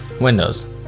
windows